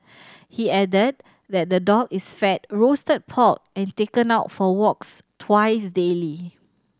he added that the dog is fed roasted pork and taken out for walks twice daily